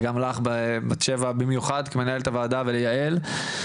גם לך, בת שבע, במיוחד, כמנהלת הוועדה, וליעל.